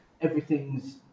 everything's